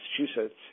Massachusetts